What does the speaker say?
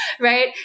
right